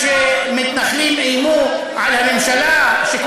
מה זה קשור, כי מתנחלים איימו על הממשלה.